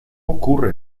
ocurre